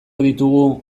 ditugu